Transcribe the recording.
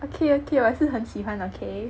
okay okay 我也是很喜欢 okay